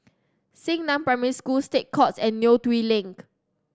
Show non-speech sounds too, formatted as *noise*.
Xingnan Primary School State Courts and Neo Tiew Lane *unintelligible*